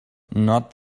not